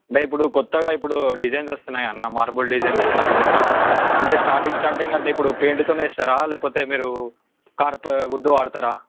అంటే ఇప్పుడు కొత్తగా ఇప్పుడు డిజైన్స్ వస్తున్నాయి అన్న మార్బల్ డిజైన్ గిట్ల అనుకుంటాను అంటే స్టార్టింగ్ స్టార్టింగ్ అంటే ఇప్పుడు పేయింట్తో వేస్తారా లేకపోతే మీరు కార్ప్ వుడ్ వాడతారా